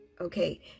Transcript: okay